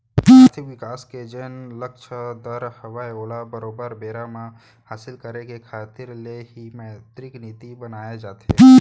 आरथिक बिकास के जेन लक्छ दर हवय ओला बरोबर बेरा म हासिल करे के खातिर ले ही मौद्रिक नीति बनाए जाथे